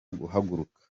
guhaguruka